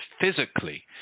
physically